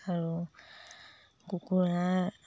আৰু কুকুৰাৰ